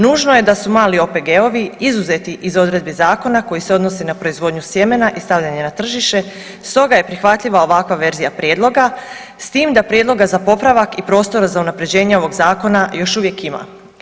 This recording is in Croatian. Nužno je da su mali OPG-ovi izuzeti iz odredbe zakona koji se odnosi na proizvodnju sjemena i stavljanja na tržište stoga je prihvatljiva ovakva verzija prijedloga s tim da prijedloga za popravak i prostora za unapređenje ovog zakona još uvijek ima.